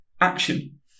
action